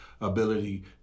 ability